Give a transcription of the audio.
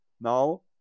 now